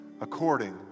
according